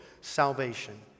salvation